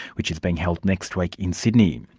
which is being held next week in sydney.